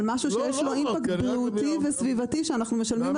על משהו שיש לו אימפקט בריאותי וסביבתי